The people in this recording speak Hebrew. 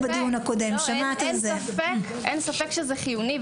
אין ספק שזה חיוני,